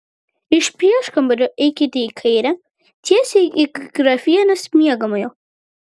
iš prieškambario eikite į kairę tiesiai iki grafienės miegamojo